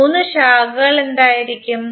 മൂന്ന് ശാഖകൾ എന്തായിരിക്കും